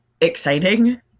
exciting